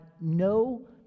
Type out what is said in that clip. no